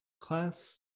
class